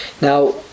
Now